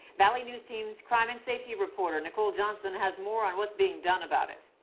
valley news teams crime and safety reporter nicole johnson has more on what's being done about it.